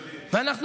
וכן,